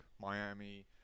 Miami